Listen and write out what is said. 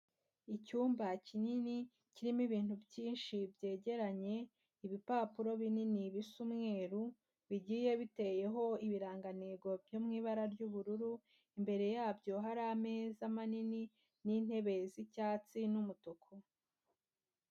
Icyumba kinini kirimo ibintu byinshi byegeranye, ibipapuro binini bisa umweru bigiye biteyeho ibirangantego byo mu ibara ry'ubururu, imbere yabyo hari ameza manini n'intebe z'icyatsi n'umutuku.